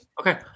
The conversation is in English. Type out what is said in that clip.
Okay